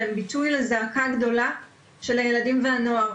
והם ביטוי לזעקה גדולה של הילדים והנוער.